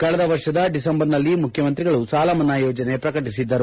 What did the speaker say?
ಕಳೆದ ವರ್ಷದ ಡಿಸೆಂಬರ್ನಲ್ಲಿ ಮುಖ್ಯಮಂತ್ರಿಗಳು ಸಾಲಮನ್ನಾ ಯೋಜನೆ ಪ್ರಕಟಿಸಿದ್ದರು